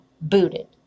Booted